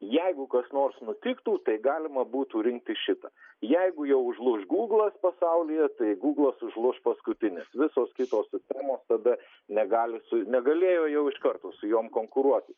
jeigu kas nors nutiktų tai galima būtų rinktis šitą jeigu jau užlūš gūglas pasaulyje tai gūglas užlūš paskutinis visos kitos sistemos tada negali su negalėjo jau iš karto su jom konkuruoti